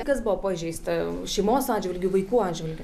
kas buvo pažeista šeimos atžvilgiu vaikų atžvilgiu